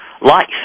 life